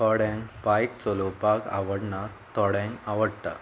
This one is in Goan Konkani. थोड्यांक बायक चलोवपाक आवडना थोड्यांक आवडटा